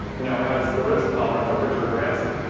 you know has the risk tolerance of richard branson.